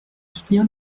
soutenir